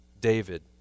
David